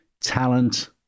talent